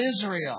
Israel